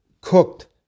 cooked